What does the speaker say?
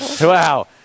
Wow